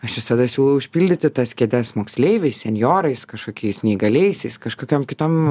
aš visada siūlau užpildyti tas kėdes moksleiviais senjorais kažkokiais neįgaliaisiais kažkokiom kitom